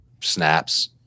Snaps